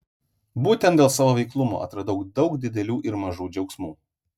būtent dėl savo veiklumo atradau daug didelių ir mažų džiaugsmų